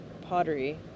pottery